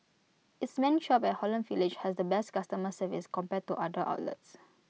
its main shop at Holland village has the best customer service compared to other outlets